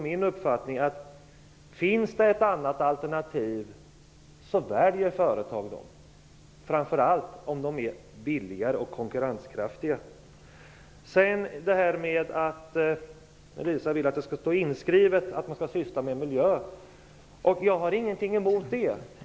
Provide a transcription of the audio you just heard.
Min uppfattning är att om ett annat alternativ finns så väljer företagen detta, framför allt om det är billigare och konkurrenskraftigare. Elisa Abascal Reyes vill att det skall vara inskrivet att man skall syssla med miljön. Jag har ingenting emot detta.